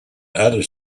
other